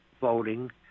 voting